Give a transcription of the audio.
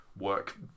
work